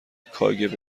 کاگب